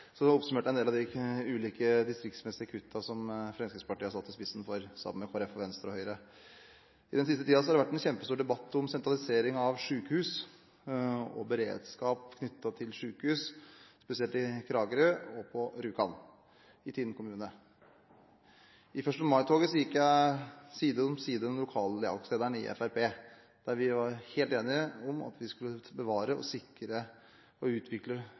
så det er tydelig at hun fulgte med, og det er et godt tegn – oppsummerte jeg en del av de ulike distriktsmessige kuttene som Fremskrittspartiet har stått i spissen for sammen med Kristelig Folkeparti, Venstre og Høyre. I den siste tiden har det vært en kjempestor debatt om sentralisering av sykehus og beredskap knyttet til sykehus, spesielt i Kragerø og på Rjukan i Tinn kommune. I 1. mai-toget gikk jeg side om side med lokallagslederen i Fremskrittspartiet, der vi var helt enige om at vi skulle bevare, sikre og utvikle